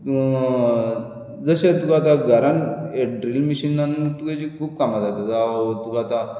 जशें तुका आतां घरांत ड्रील मॅशीनान खूब कामां जातात जावं तुका आतां